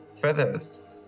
feathers